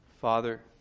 Father